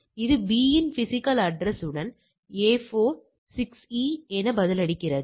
இது B இன் physical address உடன் A 4 6 E என பதிலளிக்கிறது